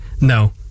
No